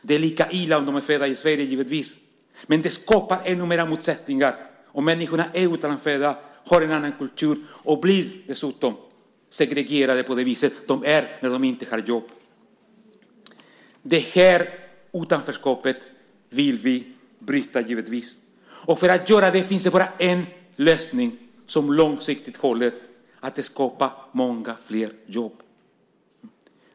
Det är givetvis lika illa om de är födda i Sverige, men det skapar ännu mer motsättningar om människorna är utlandsfödda, har en annan kultur och dessutom blir segregerade på det sätt som de blir när de inte har jobb. Vi vill givetvis bryta utanförskapet. För att göra det finns det bara en lösning som håller långsiktigt, nämligen att skapa många flera jobb.